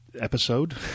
episode